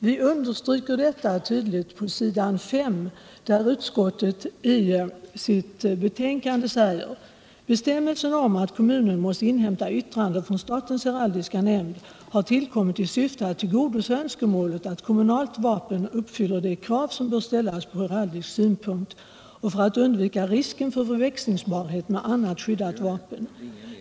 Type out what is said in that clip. Vi understryker detta tydligt på s. 5 i utskottets betänkande där det står: "Bestämmelsen om att kommunen måste inhämta yttrande från statens heraldiska nämnd har tillkommit i syfte att tillgodose önskemålet att kommunalt vapen uppfyller de krav som bör uppställas från heraldisk synpunkt och för att undvika risken för förväxlingsbarhet med annat skyddat vapen.